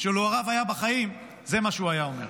שלו הרב היה בחיים, זה מה שהוא היה אומר.